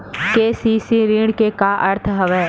KCC ऋण के का अर्थ हवय?